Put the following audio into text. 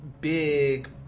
big